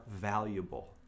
valuable